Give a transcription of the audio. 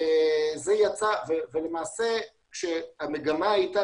המגמה הייתה